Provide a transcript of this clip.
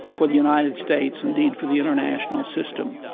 for the united states, indeed, for the international system.